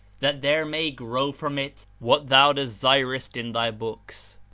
that there may grow from it what thou desirest in thy books,